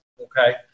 Okay